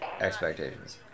expectations